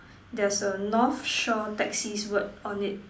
there's a North Shore taxis word on it